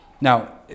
Now